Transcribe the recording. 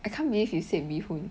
I can't believe you said bee hoon